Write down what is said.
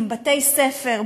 בתי-ספר,